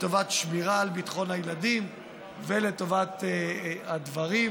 לטובת שמירה על ביטחון הילדים ולטובת הדברים.